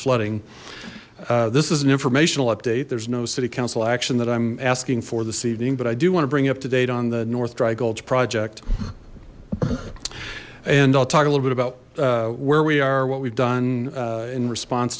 flooding this is an informational update there's no city council action that i'm asking for this evening but i do want to bring up to date on the north dry gulch project and i'll talk a little bit about where we are what we've done in response